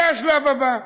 זה השלב הבא.